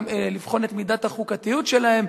לבחון את מידת החוקתיות שלהם,